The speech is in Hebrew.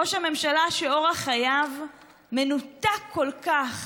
ראש ממשלה שאורח חייו מנותק כל כך